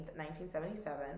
1977